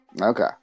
Okay